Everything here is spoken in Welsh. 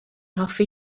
hoffi